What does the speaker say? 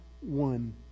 one